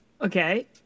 Okay